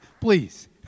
Please